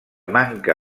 manca